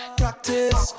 practice